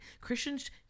Christians